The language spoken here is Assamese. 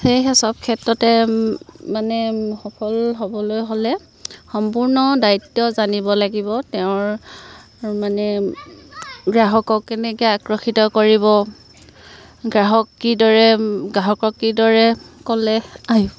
সেয়েহে সব ক্ষেত্ৰতে মানে সফল হ'বলৈ হ'লে সম্পূৰ্ণ দায়িত্ব জানিব লাগিব তেওঁৰ মানে গ্ৰাহকক কেনেকৈ আকৰ্ষিত কৰিব গ্ৰাহক কিদৰে গ্ৰাহকক কিদৰে ক'লে